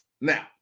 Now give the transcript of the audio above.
Now